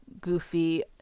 goofy